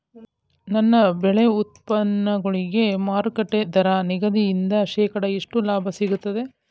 ನನ್ನ ಬೆಳೆ ಉತ್ಪನ್ನಗಳಿಗೆ ಮಾರುಕಟ್ಟೆ ದರ ನಿಗದಿಯಿಂದ ಶೇಕಡಾ ಎಷ್ಟು ಲಾಭ ಸಿಗುತ್ತದೆ?